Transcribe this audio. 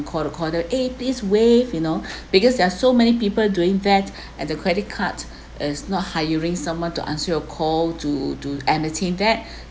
call recorded eh please waive you know because there are so many people doing that and the credit card is not hiring someone to answer your call to to entertain that